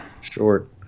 Short